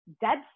dead